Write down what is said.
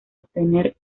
obtener